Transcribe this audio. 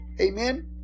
Amen